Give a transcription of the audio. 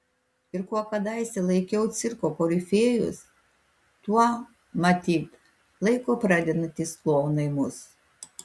ir kuo kadaise laikiau cirko korifėjus tuo matyt laiko pradedantys klounai mus